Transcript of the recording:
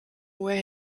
wear